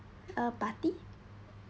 a party